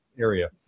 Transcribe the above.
area